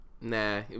nah